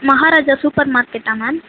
Maharaja super மார்க்கெட்டாக ma'am